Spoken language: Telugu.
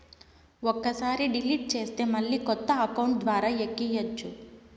ఒక్కసారి డిలీట్ చేస్తే మళ్ళీ కొత్త అకౌంట్ ద్వారా ఎక్కియ్యచ్చు